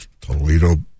Toledo